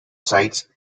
sights